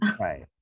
right